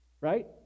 right